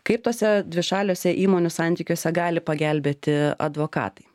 kaip tuose dvišaliuose įmonių santykiuose gali pagelbėti advokatai